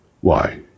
Why